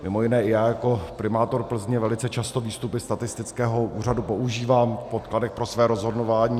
Mimo jiné i já jako primátor Plzně velice často výstupy statistického úřadu používám v podkladech pro své rozhodování.